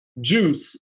juice